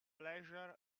pleasure